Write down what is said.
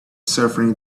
suffering